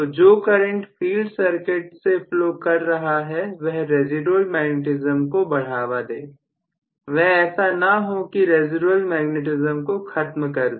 तो जो current field circuit से फ्लो कर रहा है वह रेसीडुएल मैग्नेटिज्म को बढ़ावा दें वह ऐसा ना हो जो रेसीडुएल मैग्नेटिज्म को खत्म कर दे